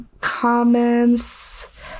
comments